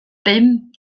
bum